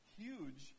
huge